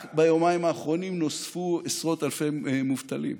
רק ביומיים האחרונים נוספו עשרות אלפי מובטלים.